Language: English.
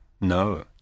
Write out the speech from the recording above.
no